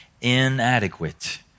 inadequate